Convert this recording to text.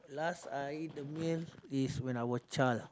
last I eat the meal is when I was child lah